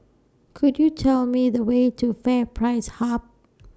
Could YOU Tell Me The Way to FairPrice Hub